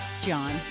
John